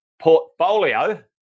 portfolio